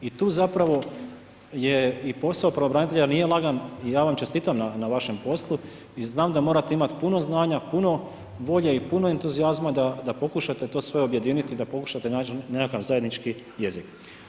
I tu zapravo je i posao pravobranitelja, nije lagan, ja vam čestitam na vašem poslu i znam da morate imate puno znanja, puno volje i puno entuzijazma da pokušate to sve objediniti, da pokušati naći nekakav zajednički jezik.